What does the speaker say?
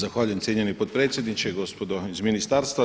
Zahvaljujem cijenjeni potpredsjedniče, gospodo iz ministarstva.